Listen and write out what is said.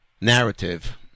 narrative